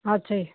ਅੱਛਾ ਜੀ